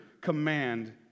command